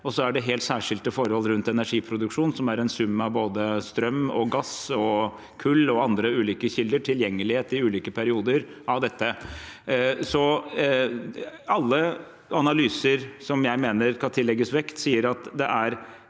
Så er det helt særskilte forhold rundt energiproduksjon – en sum av både strøm, gass, kull og andre ulike kilder, og tilgjengelighet i ulike perioder. Alle analyser som jeg mener skal tillegges vekt, sier at det er